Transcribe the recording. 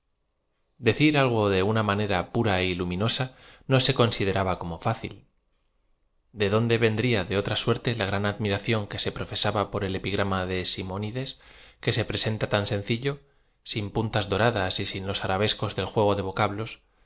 ecir algo de una manera pura y lu miñosa no se consideraba como fácil de donde ven dria de otra suerte la gran admiración que se profe saba por e l epigram a de simónides que se presenta tan sencillo sin puntas doradas y sin los arabescos del juego de vocablos